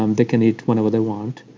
um they can eat whenever they want.